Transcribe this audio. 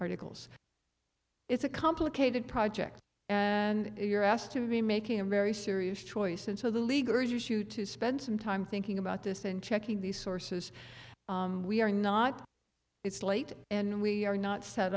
articles it's a complicated project and you're asked to be making a very serious choice and so the leader is you to spend some time thinking about this and checking these sources we are not it's late and we are not set